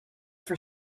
for